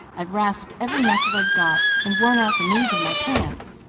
i've rasped every knuckle i've got and worn out the knees of my pants.